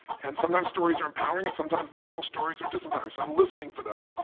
and sometimes stories are empowering and sometimes the mental stories are disempowering. so i'm listening for those,